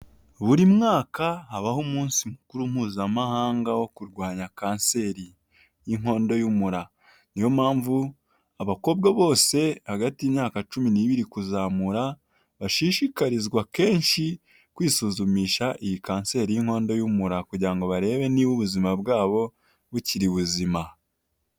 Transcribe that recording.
Buri mwaka habaho umunsi mukuru mpuzamahanga wo kurwanya kanseri y' inkondo y' umura, niyo mpamvu abakobwa bose hagati y imyaka cumi n'ibiri kuzamura bashishikarizwa kenshi kwisuzumisha iyi kanseri y'inkondo y'umura kugira ngo barebe niba ubuzima bwabo bukiri buzima.